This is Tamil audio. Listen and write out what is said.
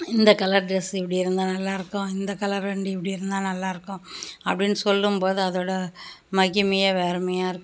இந்த கலர் டிரஸ் இப்படி இருந்தால் நல்லாயிருக்கும் இந்த கலர் வண்டி இப்படி இருந்தால் நல்லாயிருக்கும் அப்படின்னு சொல்லும்போது அதோட மகிமையே வேறமையாக இருக்கும்